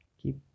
Keep